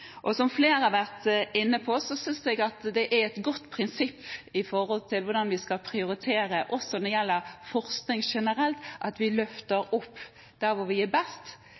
og som ligger helt i spissen internasjonalt – da må vi ta vare på det. Som flere har vært inne på, synes jeg at det er et godt prinsipp når det gjelder hvordan vi skal prioritere – også når det gjelder forskning generelt – at vi løfter opp